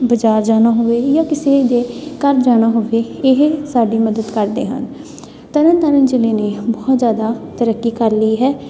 ਬਜ਼ਾਰ ਜਾਣਾ ਹੋਵੇ ਜਾਂ ਕਿਸੇ ਦੇ ਘਰ ਜਾਣਾ ਹੋਵੇ ਇਹ ਸਾਡੀ ਮਦਦ ਕਰਦੇ ਹਨ ਤਰਨ ਤਾਰਨ ਜ਼ਿਲ੍ਹੇ ਨੇ ਬਹੁਤ ਜ਼ਿਆਦਾ ਤਰੱਕੀ ਕਰ ਲਈ ਹੈ